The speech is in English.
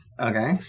okay